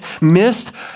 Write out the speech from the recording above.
missed